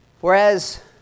whereas